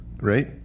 right